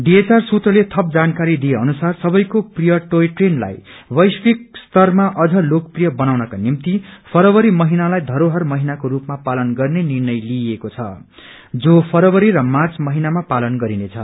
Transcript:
डीएवआर सुत्रले थप जानकारी दिए अनुसार सबैको प्रिय टोय ट्रेनलाई वैशिक स्तरमा अम्न लोकप्रिय बनाउनको निभ्ति फरवरी महिनालाई बरोहर महिनाको रूपमा पालन गर्ने निर्णय लिएको छ जो फरवरी र मांच महिनामा पालन गरिनेछ